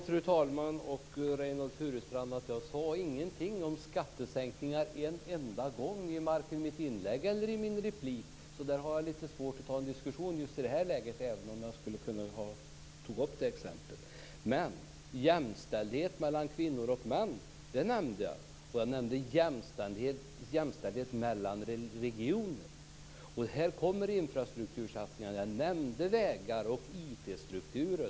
Fru talman! Jag sade ingenting om skattesänkningar, Reynoldh Furustrand, vare sig i mitt inlägg eller i min replik. Därför har jag i det här läget lite svårt att ta en diskussion, även om jag hade kunnat ta upp det exemplet. Jag nämnde jämställdhet mellan kvinnor och män och jämställdhet mellan regioner. Här kommer infrastruktursatsningarna in. Jag nämnde vägar och IT strukturer.